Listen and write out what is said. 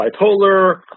bipolar